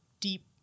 deep